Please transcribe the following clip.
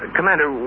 Commander